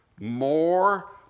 more